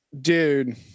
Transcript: dude